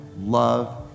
love